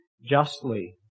justly